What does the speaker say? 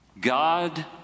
God